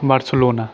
Barcelona